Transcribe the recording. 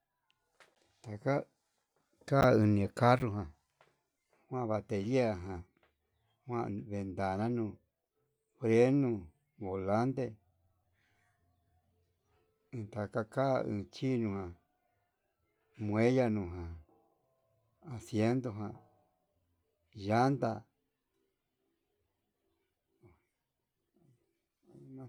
Taka ka'a ini carro ján, kuan bateria ján. jan ndentaranuu ndenuu bolante intakaka nichinua muella nuján asiento ján llanta.